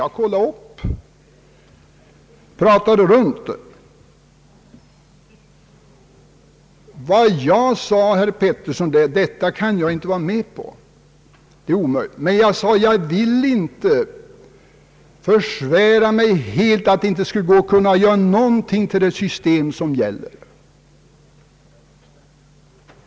Vad jag sade, herr Georg Pettersson, var att detta kan jag inte vara med på. Men jag sade också att jag inte ville helt försvära mig åt att det inte skulle kunna gå att göra någonting åt det system som nu gäller.